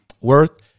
worth